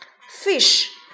fish